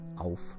auf